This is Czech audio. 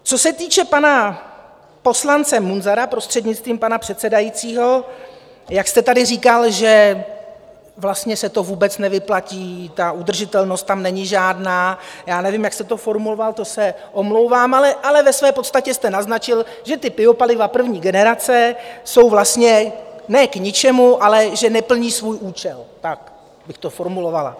Co se týče pana poslance Munzara, prostřednictvím pana předsedajícího, jak jste tady říkal, že vlastně se to vůbec nevyplatí, ta udržitelnost tam není žádná nevím, jak jste to formuloval, to se omlouvám ale ve své podstatě jste naznačil, že biopaliva první generace jsou vlastně ne k ničemu, ale že neplní svůj účel, tak bych to formulovala.